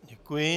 Děkuji.